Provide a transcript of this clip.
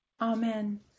Amen